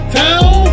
town